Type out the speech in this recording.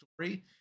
story